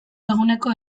eguneko